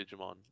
Digimon